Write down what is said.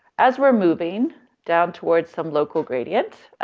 as we're moving down towards some local gradient,